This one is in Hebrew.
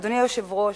אדוני היושב-ראש,